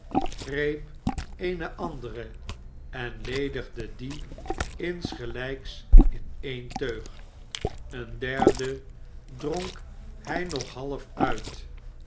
greep eene andere en ledigde die insgelijks in edn teug een derde dronk hij nog half uit